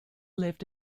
lived